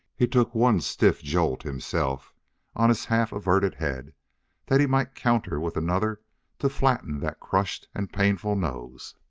he took one stiff jolt himself on his half-averted head that he might counter with another to flatten that crushed and painful nose.